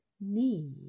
knee